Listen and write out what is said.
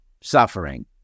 suffering